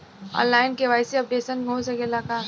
आन line KYC updation हो सकेला का?